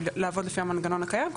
לעבוד לפי המנגנון הקיים.